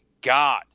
God